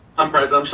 i'm present,